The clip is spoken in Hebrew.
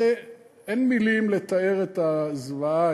אין מילים לתאר את הזוועה,